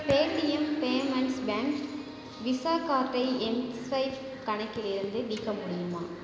Paytm payments bank visa கார்டை mSwipe கணக்கிலிருந்து நீக்க முடியுமா